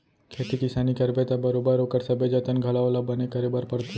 खेती किसानी करबे त बरोबर ओकर सबे जतन घलौ ल बने करे बर परथे